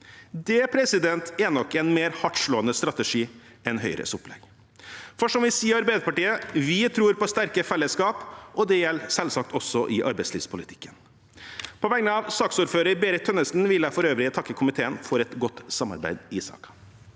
sluggere. Det er nok en mer hardtslående strategi enn Høyres opplegg. Som vi sier i Arbeiderpartiet: Vi tror på sterke fellesskap, og det gjelder selvsagt også i arbeidslivspolitikken. På vegne av saksordfører Berit Tønnesen vil jeg for øvrig takke komiteen for et godt samarbeid i saken.